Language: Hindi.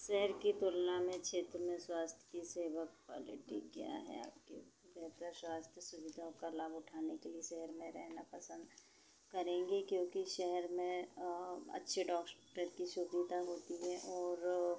शहर की तुलना में क्षेत्र में स्वास्थ्य की सेवा क्वालिटी क्या है आपके बेहतर स्वास्थ्य सुविधा का लाभ उठाने के लिए शहर में रहना पसंद करेंगे क्योंकि शहर में अच्छे डॉक्टर की सुवीधा होती है और